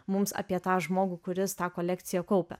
mums apie tą žmogų kuris tą kolekciją kaupia